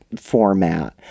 format